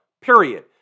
period